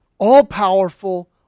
all-powerful